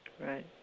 Right